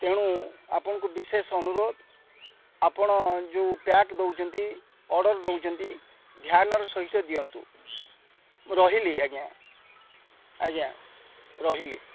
ତେଣୁ ଆପଣଙ୍କୁ ବିଶେଷ ଅନୁରୋଧ ଆପଣ ଯେଉଁ ପ୍ୟାକ୍ ଦଉଚନ୍ତି ଅର୍ଡ଼ର ଦଉଛନ୍ତି ଧ୍ୟାନର ସହିତ ଦିଅନ୍ତୁ ମୁଁ ରହିଲି ଆଜ୍ଞା ଆଜ୍ଞା ରହିଲି